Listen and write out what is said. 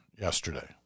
yesterday